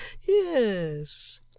yes